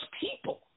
people